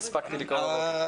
אני יודע.